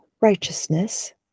righteousness